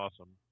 awesome